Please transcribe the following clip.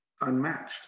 Unmatched